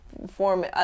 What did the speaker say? form